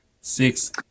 Six